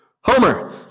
Homer